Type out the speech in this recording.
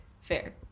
Fair